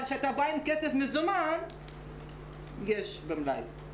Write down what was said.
אבל כשאתה בא עם כסף מזומן יש במלאי.